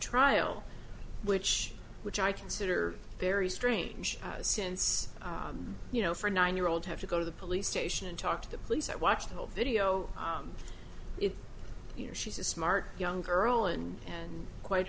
trial which which i consider very strange since you know for a nine year old have to go to the police station and talk to the police that watch the whole video if you know she's a smart young girl and and quite